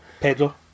Pedro